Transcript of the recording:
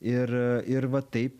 ir ir va taip